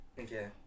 Okay